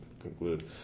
conclude